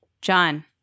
John